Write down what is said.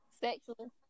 Sexual